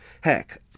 Heck